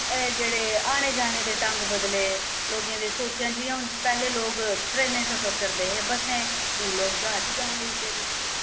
जेह्ड़े आने जाने दे ढंग बदले लोकें दे सोचां जि'यां हून पैह्लें लोग ट्रेनें ई सफर करदे हे बस्सें हून लोक जहाज च जान लग्गी पेदे